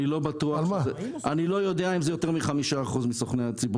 אני לא יודע אם זה יותר מ-5% מסוכני הביטוח.